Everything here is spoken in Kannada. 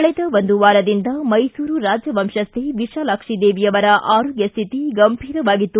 ಕಳೆದ ಒಂದು ವಾರದಿಂದ ಮೈಸೂರು ರಾಜವಂಶಸ್ವೆ ವಿಶಾಲಾಕ್ಷಿದೇವಿ ಅವರ ಆರೋಗ್ಡ ಸ್ವಿತಿ ಗಂಭೀರವಾಗಿತ್ತು